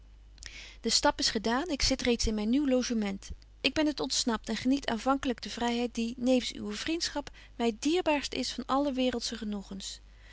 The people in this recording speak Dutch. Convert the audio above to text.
de stap is gedaan ik zit reeds in myn nieuw logement ik ben t ontsnapt en geniet aanvankelyk die vryheid die nevens uwe vriendschap my het dierbaarst is van alle waereldsche genoegens